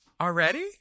Already